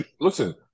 listen